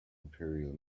imperial